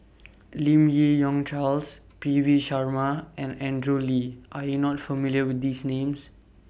Lim Yi Yong Charles P V Sharma and Andrew Lee Are YOU not familiar with These Names